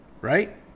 right